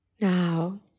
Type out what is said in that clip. Now